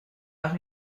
par